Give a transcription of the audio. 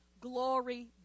glory